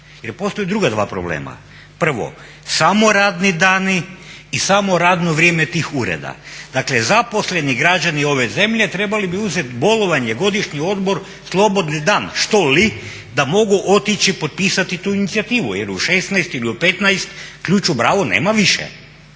jer postoje druga dva problema. Prvo, samo radni dani i samo radno vrijeme tih ureda. Dakle, zaposleni građani ove zemlje trebali bi uzeti bolovanje, godišnji odmor, slobodni dan, što li da mogu otići potpisati tu inicijativu, jer u 16,00 ili u 15,00 ključ u bravu, nema više.